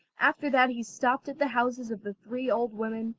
after that he stopped at the houses of the three old women,